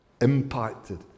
impacted